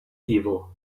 evil